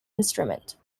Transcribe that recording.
instrument